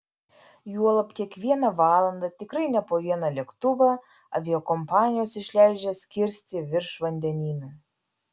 juolab kiekvieną valandą tikrai ne po vieną lėktuvą aviakompanijos išleidžia skirsti virš vandenynų